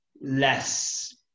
less